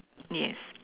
yes